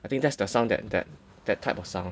I think that's the sound that that that type of sound